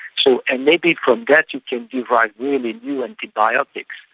so and maybe from that you can devise really new antibiotics.